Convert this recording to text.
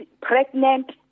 pregnant